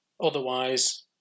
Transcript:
Otherwise